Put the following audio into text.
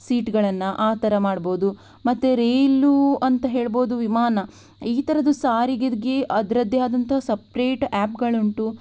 ಸೀಟ್ಗಳನ್ನು ಆ ಥರ ಮಾಡಬಹುದು ಮತ್ತು ರೈಲ್ ಅಂತ ಹೇಳಬಹುದು ವಿಮಾನ ಈ ಥರದ ಸಾರಿಗೆಗೆ ಅದರದ್ದೇ ಆದಂಥ ಸಪರೇಟ್ ಆ್ಯಪ್ಗಳುಂಟು